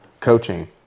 coaching